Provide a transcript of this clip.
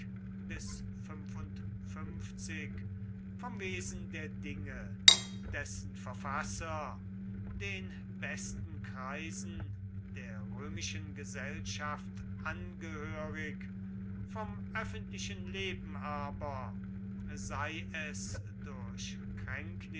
vom wesen der dinge dessen verfasser den besten kreisen der römischen gesellschaft angehörig vom öffentlichen leben aber sei es durch